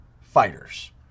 fighters